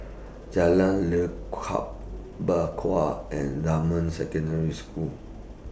Jalan Lekub Bakau and Dunman Secondary School